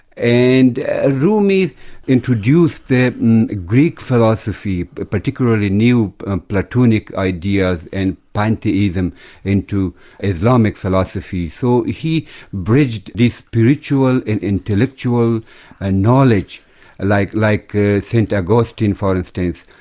and ah rumi introduced and greek philosophy, but particularly new platonic ideas and pantheism into islamic philosophy. so he bridged this spiritual and intellectual ah knowledge like like st augustine for instance.